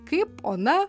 kaip ona